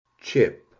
Chip